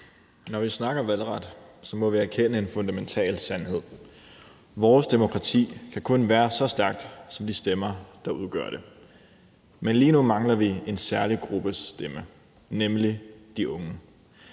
Når vi snakker om valgret, må vi erkende en fundamental sandhed: Vores demokrati kan kun være så stærkt som de stemmer, der udgør det. Men lige nu mangler vi en særlig gruppes stemme, nemlig de unges.